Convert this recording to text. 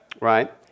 right